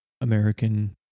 American